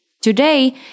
Today